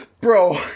bro